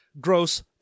gross